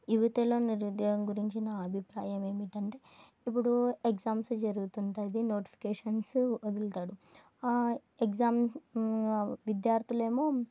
యువతలో నిరుద్యయం గురించి నా అభిప్రాయం ఏమిటంటే ఇప్పుడు ఎగ్జామ్స్ జరుగుతుంటది నోటిఫికేషన్స్ వదులుతాడు ఎగ్జామ్ విద్యార్థులేమో